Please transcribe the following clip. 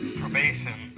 probation